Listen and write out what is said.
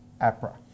APRA